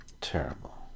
terrible